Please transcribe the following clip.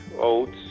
oats